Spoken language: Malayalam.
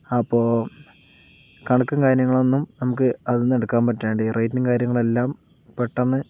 അപ്പോൾ കണക്കും കാര്യങ്ങളൊന്നും നമുക്ക് അതിൽനിന്ന് എടുക്കാൻ പറ്റാതെയായി റേറ്റും കാര്യങ്ങളെല്ലാം പെട്ടെന്ന്